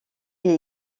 est